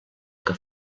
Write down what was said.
que